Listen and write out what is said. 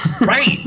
Right